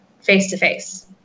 face-to-face